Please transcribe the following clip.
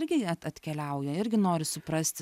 irgi at atkeliauja irgi nori suprasti